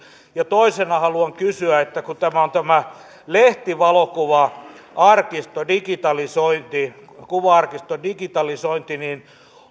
ja toisena haluan kysyä kun on tämä lehtivalokuva arkiston digitalisointi kuva arkiston digitalisointi niin